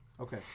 Okay